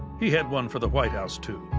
he had one for the white house, too.